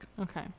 Okay